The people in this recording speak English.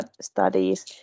studies